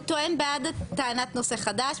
הוא טוען טענת נושא חדש.